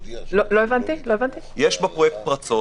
יש בו פרצות.